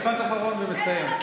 משפט אחרון והוא מסיים.